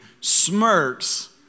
smirks